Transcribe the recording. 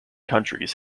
countries